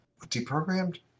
deprogrammed